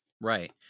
right